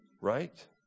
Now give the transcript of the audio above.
Right